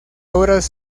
obras